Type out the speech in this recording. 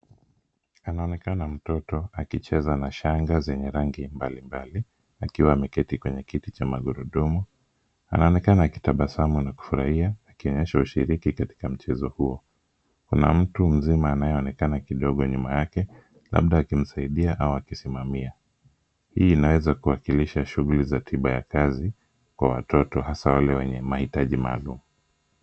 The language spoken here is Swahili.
Anaonekana mtoto akicheza na shanga zenye rangi mbalimbali, akiwa ameketi kwenye kiti cha magurudumu. Anaonekana akitabasamu na kufurahia akionyesha ushiriki katika mchezo huo. Kuna mtu mzima anayeonekana kidogo nyuma yake labda akimsaidia au akisimamia. Hii inaweza kuwakilisha shughuli tiba ya kazi kwa watoto hasa wale wenye mahitaji maalum.